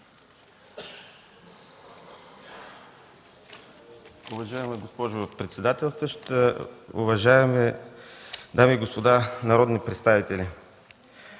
Уважаеми господин председателстващ, уважаеми госпожи и господа народни представители!